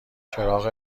چراغ